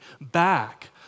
back